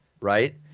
right